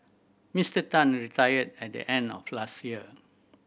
Mister Tan retired at the end of last year